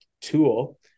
tool